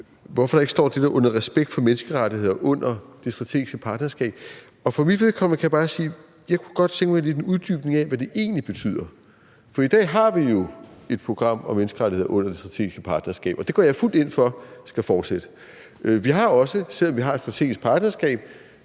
hvorfor der ikke står det med respekt for menneskerettigheder under det strategiske partnerskab, og for mit vedkommende kan jeg bare sige, at jeg godt kunne tænke mig en uddybning af, hvad det egentlig betyder. For i dag har vi jo et program om menneskerettigheder under det strategiske partnerskab, og det går jeg fuldt ud ind for skal fortsætte, og vi har, selv om vi har et strategisk partnerskab,